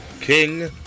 King